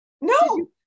No